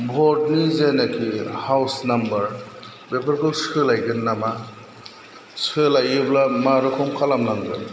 भट नि जेनाखि house number बेफोरखौ सोलायगोन नामा सोलायोब्ला मा रखम खालामनांगोन